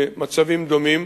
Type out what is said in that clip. במצבים דומים,